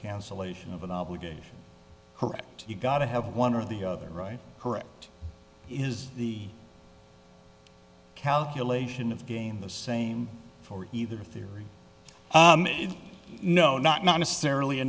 cancellation of an obligation correct you've got to have one or the other right correct is the calculation of game the same for either theory no not necessarily a